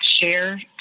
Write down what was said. share